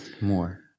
more